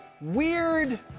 Weird